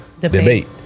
debate